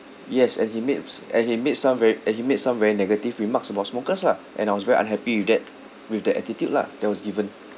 yes and he mades and he made some very and he made some very negative remarks about smokers lah and I was very unhappy with that with the attitude lah that was given